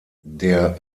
der